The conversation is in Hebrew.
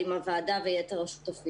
בנושא הזה לחשוב יחד עם הוועדה ויתר השותפים.